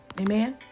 Amen